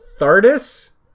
Thardis